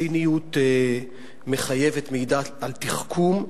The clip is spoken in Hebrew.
ציניות מעידה על תחכום.